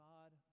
God